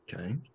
Okay